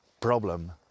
problem